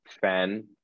fan